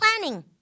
planning